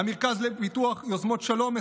המרכז לפיתוח יוזמות שלום,